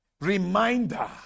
reminder